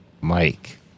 Mike